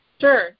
Sure